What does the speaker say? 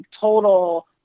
total